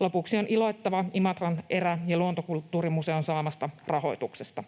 lopuksi on iloittava Imatran erä- ja luontokulttuurimuseon saamasta rahoituksesta.